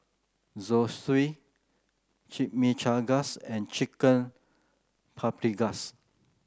Zosui Chimichangas and Chicken Paprikas